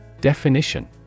Definition